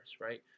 right